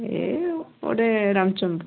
ଏ ଗୋଟେ ରାମଚନ୍ଦପୁର